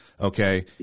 okay